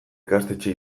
ikastetxe